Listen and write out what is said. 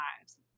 lives